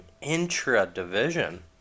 intra-division